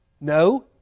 No